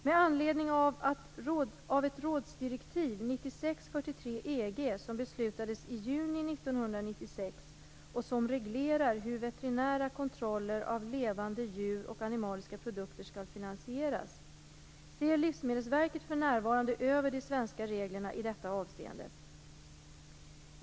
Med anledning av ett rådsdirektiv 96 EG, som beslutades i juni 1996 och som reglerar hur veterinära kontroller av levande djur och animaliska produkter skall finansieras, ser Livsmedelsverket för närvarande över de svenska reglerna i detta avseende.